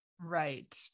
Right